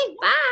bye